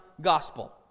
gospel